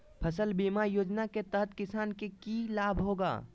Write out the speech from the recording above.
फसल बीमा योजना के तहत किसान के की लाभ होगा?